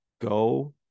go